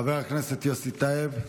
חבר הכנסת יוסי טייב,